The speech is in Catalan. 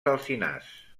alzinars